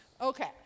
Okay